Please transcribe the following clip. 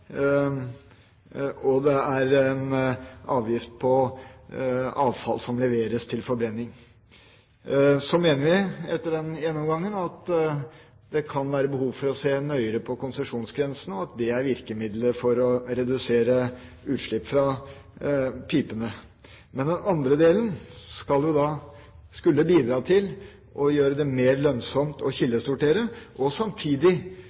og det er en avgift på avfall som leveres til forbrenning. Så mener vi, etter den gjennomgangen, at det kan være behov for å se nøyere på konsesjonsgrensen, og at det er virkemiddelet for å redusere utslipp fra pipene. Men den andre avgiften skulle bidra til å gjøre det mer lønnsomt å kildesortere og samtidig